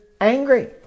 angry